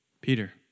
Peter